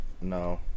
No